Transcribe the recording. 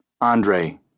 Andre